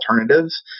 alternatives